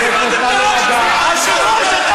אני מבקש ממך, אני מבקש ממך, מה זה הדבר הזה?